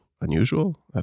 unusual